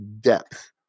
depth